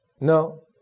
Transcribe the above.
No